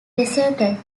deserted